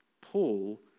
Paul